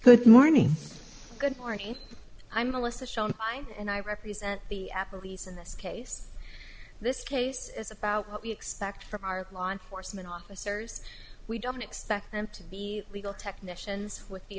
good morning good morning i'm melissa schoen pine and i represent the apple lisa in this case this case is about what we expect from our law enforcement officers we don't expect them to be legal technicians with the